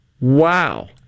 Wow